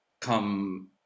come